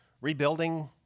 rebuilding